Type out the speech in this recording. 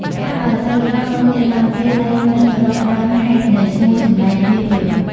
កាលបើទៅដល់ "បឹងយក្សឡោម" គេតែងនឹករកដើមហេតុនៃឈ្មោះចម្លែកនេះភ្លាម។